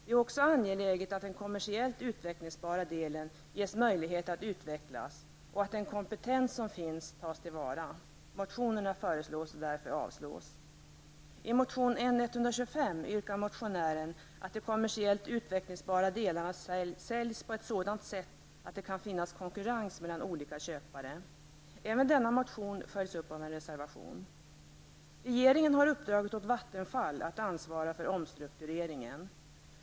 Det är också angeläget att den kommersiellt utvecklingsbara delen ges möjlighet att utvecklas och att den kompetens som finns tas till vara. I motion N125 yrkar motionären att de kommersiellt utvecklingsbara delarna säljs på ett sådant sätt att det kan finnas konkurrens mellan olika köpare. Även denna motion följs upp av en reservation. Regeringen har uppdragit åt Vattenfall att ansvara för omstruktureringen.